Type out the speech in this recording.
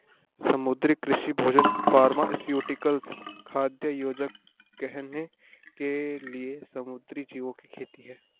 समुद्री कृषि भोजन फार्मास्यूटिकल्स, खाद्य योजक, गहने के लिए समुद्री जीवों की खेती है